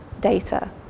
data